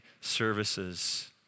services